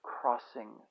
crossing